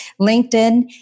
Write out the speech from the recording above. LinkedIn